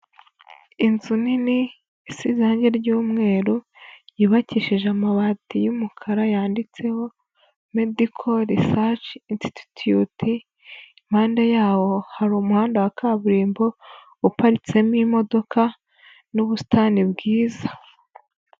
Inzu nini isize irange ry'umweru yubakishije amabati y'umukara yanditseho medical research institute impande yaho hari umuhanda wa kaburimbo uparitsemo imodoka n'ubusitani bwiza.